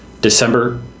December